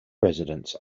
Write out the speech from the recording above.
residents